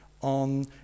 on